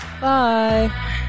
Bye